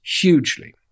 hugely